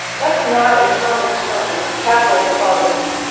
that's not a common term in catholic parlance,